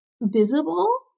visible